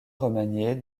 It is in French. remaniée